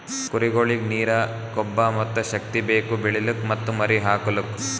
ಕುರಿಗೊಳಿಗ್ ನೀರ, ಕೊಬ್ಬ ಮತ್ತ್ ಶಕ್ತಿ ಬೇಕು ಬೆಳಿಲುಕ್ ಮತ್ತ್ ಮರಿ ಹಾಕಲುಕ್